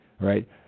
right